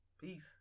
Peace